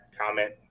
comment